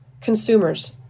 consumers